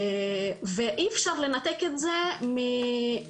ואי אפשר לנתק את זה מהמצב